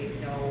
no